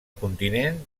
continent